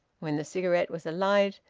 when the cigarette was alight,